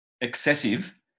excessive